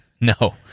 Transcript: No